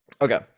Okay